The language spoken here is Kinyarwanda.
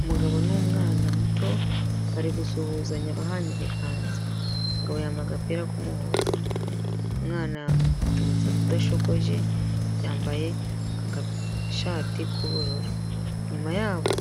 Umugabo n'umwana muto bari gusuhuzanya bahana ibiganza, umugabo yambaye agapira k'umuhondo, umwana afite umusatsi udashokogoje, yambaye agashati k'ubururu, inyuma yabo